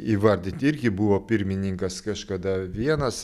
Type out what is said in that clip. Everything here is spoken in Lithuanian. įvardyt irgi buvo pirmininkas kažkada vienas